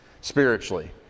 spiritually